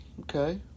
Okay